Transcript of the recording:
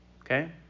Okay